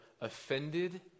offended